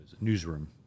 newsroom